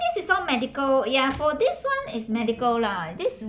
this is all medical ya for this one is medical lah this